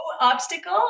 obstacle